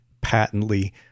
patently